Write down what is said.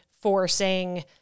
forcing